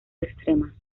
extremas